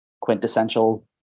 quintessential